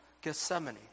Gethsemane